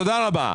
תודה רבה.